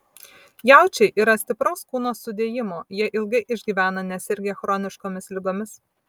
jaučiai yra stipraus kūno sudėjimo jie ilgai išgyvena nesirgę chroniškomis ligomis